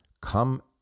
come